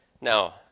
Now